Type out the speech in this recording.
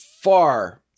far